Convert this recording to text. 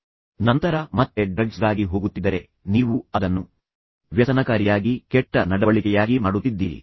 ತದನಂತರ ಒಮ್ಮೆ ನೀವು ಮತ್ತೆ ಮತ್ತೆ ಡ್ರಗ್ಸ್ ಗಾಗಿ ಹೋಗುತ್ತಿದ್ದರೆ ನೀವು ಅದನ್ನು ವ್ಯಸನಕಾರಿಯಾಗಿ ಕೆಟ್ಟ ನಡವಳಿಕೆಯಾಗಿ ಮಾಡುತ್ತಿದ್ದೀರಿ